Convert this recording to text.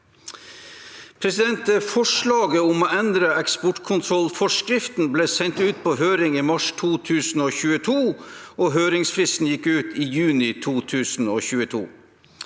virksomheter. Forslaget om å endre eksportkontrollforskriften ble sendt ut på høring i mars 2022, og høringsfristen gikk ut i juni 2022.